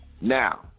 Now